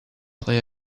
play